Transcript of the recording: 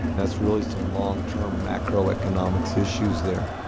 that's really some long term macroeconomics issues there.